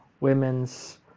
women's